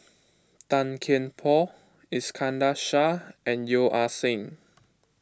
Tan Kian Por Iskandar Shah and Yeo Ah Seng